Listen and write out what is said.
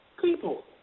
people